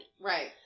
Right